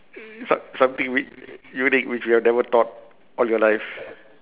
mm some~ something u~ unique which you have never thought of your life